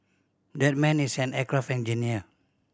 that man is an aircraft engineer